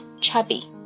chubby